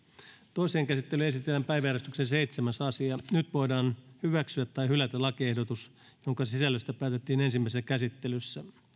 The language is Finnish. toiseen käsittelyyn esitellään päiväjärjestyksen seitsemäs asia nyt voidaan hyväksyä tai hylätä lakiehdotus jonka sisällöstä päätettiin ensimmäisessä käsittelyssä